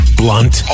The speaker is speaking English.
blunt